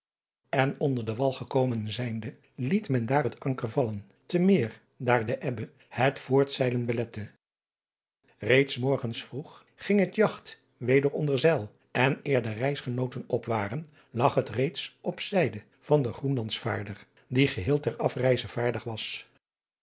en onder den wal gekomen zijnde liet men daar het anker vallen te meer daar de ebbe het voortzeilen belette reeds s morgens vroeg ging het jagt weder onder zeil en eer de reisgenooten op waren lag het reeds op zijde van den groenlandsvaarder die geheel ter afreize vaardig was